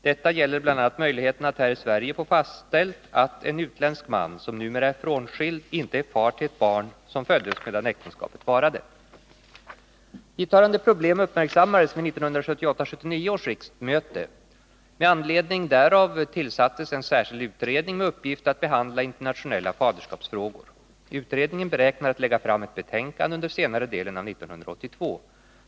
Detta gäller bl.a. möjligheterna att här i Sverige få fastställt att en utländsk man som numera är frånskild inte är far till ett barn som föddes medan äktenskapet varade. Hithörande problem uppmärksammades vid 1978/79 års riksmöte. Med anledning därav tillsattes en särskild utredning med uppgift att behandla internationella faderskapsfrågor. Utredningen beräknar komma att lägga fram ett betänkande under senare delen av 1982.